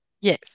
Yes